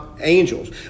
angels